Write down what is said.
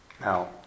Now